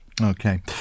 Okay